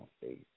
face